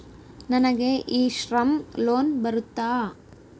ನನಗೆ e Shram loan ಬರುತ್ತಾ?